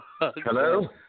Hello